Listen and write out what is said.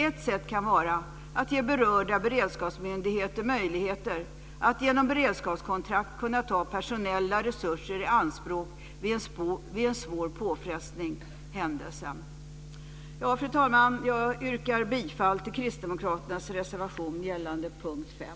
Ett sätt kan vara att ge berörda beredskapsmyndigheter möjligheter att genom beredskapskontrakt ta personella resurser i anspråk vid en svår påfrestning eller händelse. Fru talman! Jag yrkar bifall till kristdemokraternas reservation gällande punkt 5.